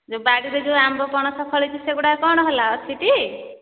ଯୋଉ ବାଡ଼ିରେ ଯୋଉ ଆମ୍ବ ପଣସ ଫଳିଛି ସେଗୁଡ଼ାକ କ'ଣ ହେଲା ଅଛି ଟି